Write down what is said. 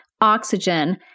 oxygen